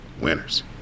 winners